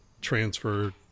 transfer